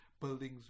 buildings